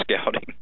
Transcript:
scouting